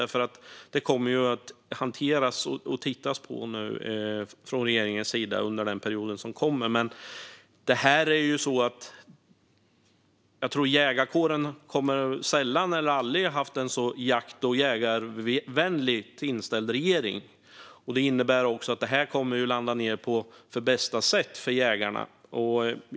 Regeringen kommer att hantera det och titta på det under den kommande perioden. Men jägarkåren har nog sällan eller aldrig haft en så jakt och jägarvänligt inställd regering. Det innebär att det kommer att landa på bästa möjliga sätt för jägarna.